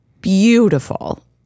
beautiful